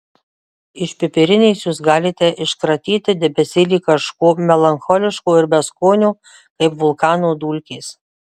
iš pipirinės jūs galite iškratyti debesėlį kažko melancholiško ir beskonio kaip vulkano dulkės